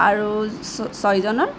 আৰু ছয়জনৰ